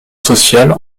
sociale